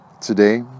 today